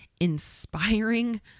Inspiring